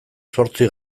zortzi